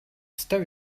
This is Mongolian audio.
ёстой